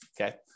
okay